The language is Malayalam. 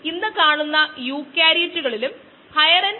ഈ mu യുടെ മൂല്യവുമായി വളരെയധികം വ്യത്യാസമുണ്ട്